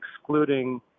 excluding